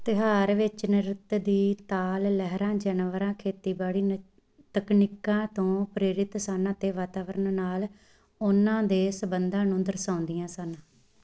ਤਿਉਹਾਰ ਵਿੱਚ ਨ੍ਰਿਤ ਦੀ ਤਾਲ ਲਹਿਰਾਂ ਜਾਨਵਰਾਂ ਖੇਤੀਬਾੜੀ ਨ ਤਕਨੀਕਾਂ ਤੋਂ ਪ੍ਰੇਰਿਤ ਸਨ ਅਤੇ ਵਾਤਾਵਰਨ ਨਾਲ ਉਨ੍ਹਾਂ ਦੇ ਸੰਬੰਧਾਂ ਨੂੰ ਦਰਸਾਉਂਦੀਆਂ ਸਨ